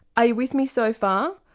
are you with me so far?